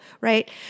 right